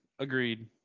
Agreed